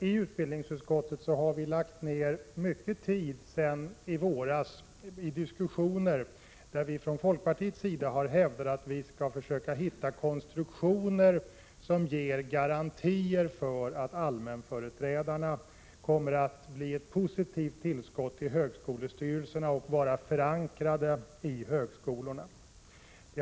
I utbildningsutskottet har vi lagt ner mycket tid sedan i våras på diskussioner, där vi från folkpartiets sida har hävdat att vi skall försöka hitta konstruktioner som ger garantier för att allmänföreträdarna kommer att bli ett positivt tillskott till högskolestyrelserna och vara förankrade i högskolorna.